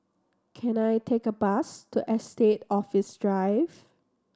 can I take a bus to Estate Office Drive